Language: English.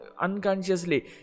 unconsciously